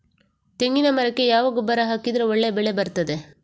ತೆಂಗಿನ ಮರಕ್ಕೆ ಯಾವ ಗೊಬ್ಬರ ಹಾಕಿದ್ರೆ ಒಳ್ಳೆ ಬೆಳೆ ಬರ್ತದೆ?